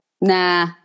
Nah